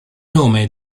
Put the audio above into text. nome